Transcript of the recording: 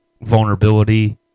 vulnerability